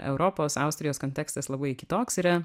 europos austrijos kontekstas labai kitoks yra